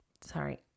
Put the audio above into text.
sorry